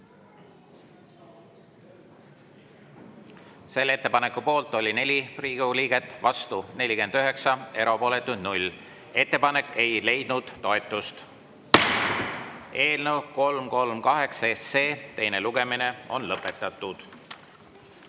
Selle ettepaneku poolt oli 4 Riigikogu liiget, vastu 49, erapooletuid 0. Ettepanek ei leidnud toetust. Eelnõu 338 teine lugemine on lõpetatud.